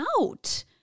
out